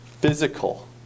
physical